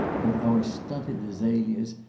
than our stunted azalias,